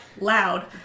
loud